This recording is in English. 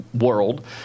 world